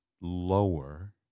lower